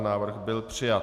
Návrh byl přijat.